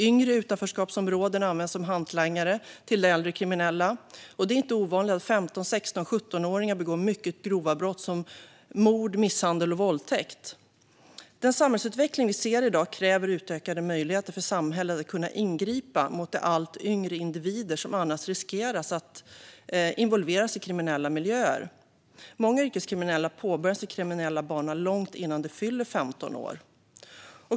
Yngre i utanförskapsområden används som hantlangare till äldre kriminella, och det är inte ovanligt att 15, 16 och 17-åringar begår mycket grova brott som mord, misshandel och våldtäkt. Den samhällsutveckling som vi ser i dag kräver utökade möjligheter för samhället att ingripa mot de allt yngre individer som riskerar att involveras i kriminella miljöer. Många yrkeskriminella har påbörjat sin kriminella bana långt innan de fyllt 15 år.